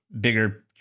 bigger